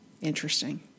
interesting